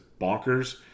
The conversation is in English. bonkers